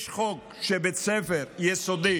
יש חוק שבבית ספר יסודי